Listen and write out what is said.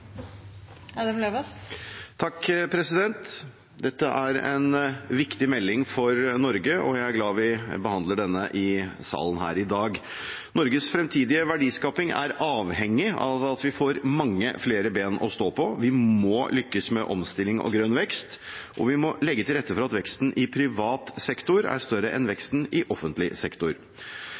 glad vi behandler denne i salen her i dag. Norges fremtidige verdiskaping er avhengig av at vi får mange flere ben å stå på. Vi må lykkes med omstilling og grønn vekst, og vi må legge til rette for at veksten i privat sektor er større enn veksten i offentlig sektor.